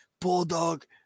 Bulldog